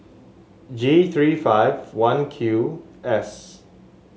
G three five one Q S